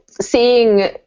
seeing